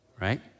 right